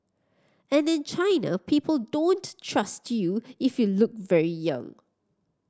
and in China people don't trust you if you look very young